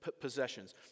possessions